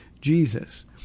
Jesus